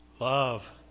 love